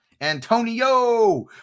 Antonio